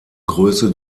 größe